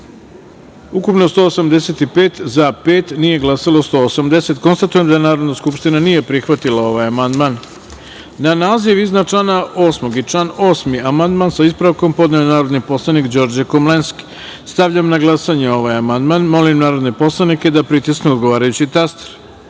ukupno – 186, za – sedam, nije glasalo 179.Konstatujem da Narodna skupština nije prihvatila ovaj amandman. Na naziv iznad člana 62. i član 62. amandman sa ispravkom je podneo narodni poslanik Đorđe Komlenski. Stavljam na glasanje ovaj amandman. Molim narodne poslanike da pritisnu odgovarajući